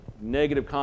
negative